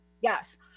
Yes